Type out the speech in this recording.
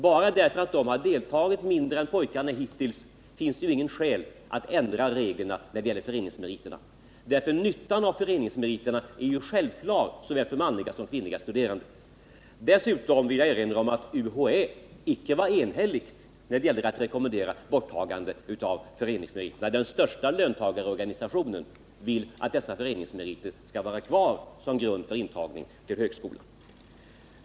Det föreligger inga skäl att ändra reglerna när det gäller föreningsmeriterna enbart därför att kvinnorna hittills deltagit mindre än pojkarna. Nyttan av föreningsmeriterna är ju självklar såväl för manliga som för kvinnliga studerande. Vidare vill jag erinra om att man inom UHÄ icke varit enig när det gäller att rekommendera borttagandet av föreningsmeriterna. Den största löntagarorganisationen vill att dessa föreningsmeriter skall vara kvar som grund för intagning till högskolan.